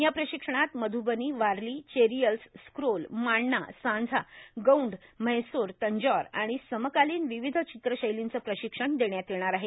या प्रशिक्षणात मध्रबनी वारली चेरियल्स स्क्रोल मांडना सांझा गौंड म्हैसोर तंजौर आणि समकालीन विविध चित्रशैर्लींचं प्रशिक्षण देण्यात येणार आहे